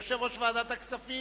יושב-ראש ועדת הכספים,